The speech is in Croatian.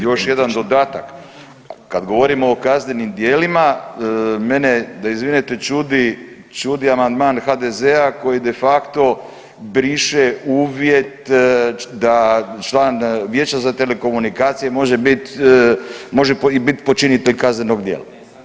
I još jedan dodatak, kada govorimo o kaznenim djelima mene da izvinete čudi amandman HDZ-a koji de facto briše uvjet da član Vijeća za telekomunikacije može bit može bit i počinitelj kaznenog djela.